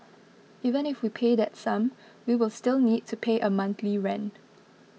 even if we pay that sum we will still need to pay a monthly rent